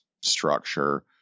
structure